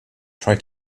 try